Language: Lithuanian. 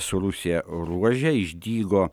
su rusija ruože išdygo